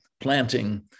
planting